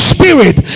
Spirit